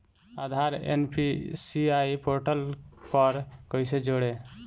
आधार NPCI portal पर कईसे जोड़ी?